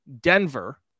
Denver